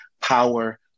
power